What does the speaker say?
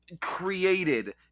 created